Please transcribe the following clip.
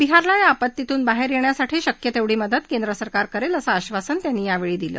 बिहारला या आपत्तीतून बाहेर येण्यासाठी शक्य तेवढी मदत केंद्रसरकार करेल असं आश्वासन त्यांनी यावेळी दिलं